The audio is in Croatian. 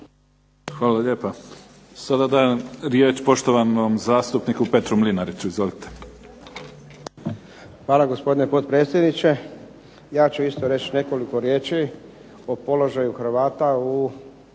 Hvala lijepa. Sada dajem riječ poštovanom zastupniku Petru Mlinariću. Izvolite. **Mlinarić, Petar (HDZ)** Hvala gospodine potpredsjedniče. Ja ću isto reći nekoliko riječi o položaju Hrvata van